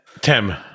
Tim